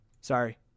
Sorry